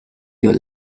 your